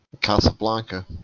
casablanca